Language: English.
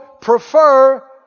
prefer